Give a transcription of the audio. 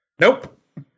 Nope